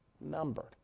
numbered